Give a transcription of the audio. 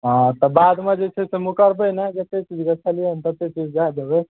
हँ तऽ बादमे जे छै से मुकरबै नहि जतेक चीज गछलियै हन ततेक चीज दए देबै